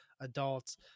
adults